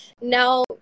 Now